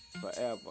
Forever